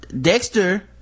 Dexter